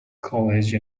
college